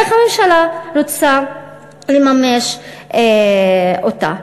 איך הממשלה רוצה לממש אותה?